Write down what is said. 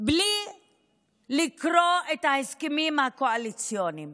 בלי לקרוא את ההסכמים הקואליציוניים.